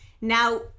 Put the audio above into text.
now